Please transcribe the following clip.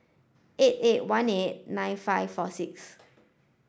eight eight one eight nine five four six